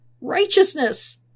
righteousness